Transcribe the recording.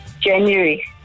January